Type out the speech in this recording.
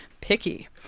Picky